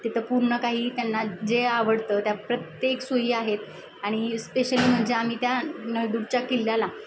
तिथं पूर्ण काही त्यांना जे आवडतं त्या प्रत्येक सोयी आहेत आणि स्पेशली म्हणजे आम्ही त्या नळदुर्गच्या किल्ल्याला